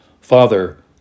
Father